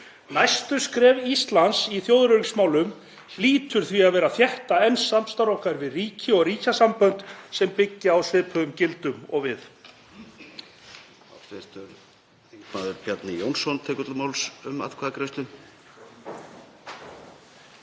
Næstu skref Íslands í þjóðaröryggismálum hljóta því að vera að þétta enn samstarf okkar við ríki og ríkjasambönd sem byggja á svipuðum gildum og við.